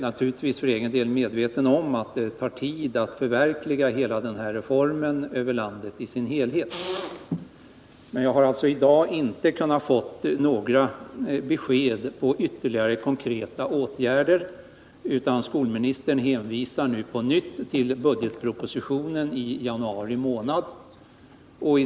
Naturligtvis är jag medveten om att det tar tid att förverkliga reformen över landet i dess helhet, men jag har i dag inte kunnat få några besked om ytterligare konkreta åtgärder, utan skolministern hänvisar på nytt till budgetpropositionen i januari månad.